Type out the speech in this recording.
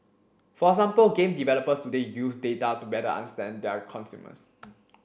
for example game developers today use data to better understand their consumers